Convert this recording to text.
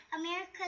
America